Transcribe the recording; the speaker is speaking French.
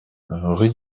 rue